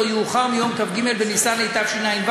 לא יאוחר מיום כ"ג בניסן התשע"ו,